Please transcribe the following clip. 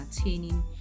attaining